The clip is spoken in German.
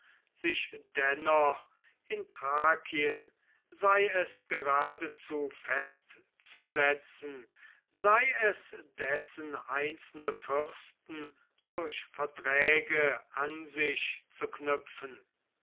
sich dennoch in thrakien sei es geradezu festzusetzen sei es dessen einzelne fürsten durch verträge an sich zu knüpfen